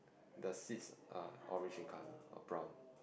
the seats are orange in colour or brown